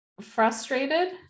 frustrated